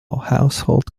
household